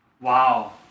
Wow